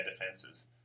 defenses